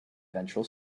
ventral